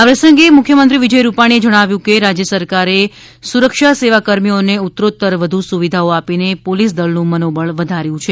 આ પ્રસંગે મુખ્યમંત્રી વિજય રૂપાણીએ જણાવ્યું હતું કે રાજ્ય સરકારે સુરક્ષા સેવા કર્મીઓને ઉત્તરોત્તર વધુ સુવિધાઓ આપીને પોલીસ દળનું મનોબળ વધાર્યું છે